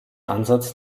ansatz